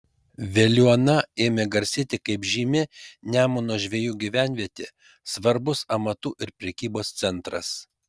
veliuona ėmė garsėti kaip žymi nemuno žvejų gyvenvietė svarbus amatų ir prekybos centras